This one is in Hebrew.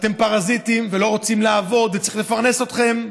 אתם פרזיטים ולא רוצים לעבוד וצריך לפרנס אתכם,